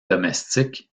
domestiques